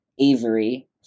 Avery